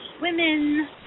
women